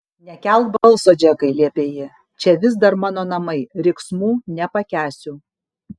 nekelk balso džekai liepė ji čia vis dar mano namai riksmų nepakęsiu